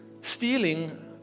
stealing